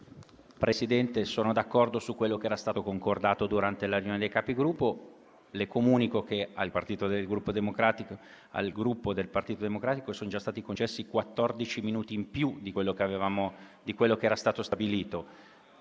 Presidente Boccia, sono d'accordo su quello che era stato concordato durante la riunione dei Capigruppo. Le comunico che al Gruppo Partito Democratico sono già stati concessi quattordici minuti in più di quello che era stato stabilito.